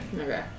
Okay